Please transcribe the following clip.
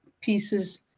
pieces